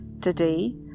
Today